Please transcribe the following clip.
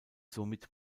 somit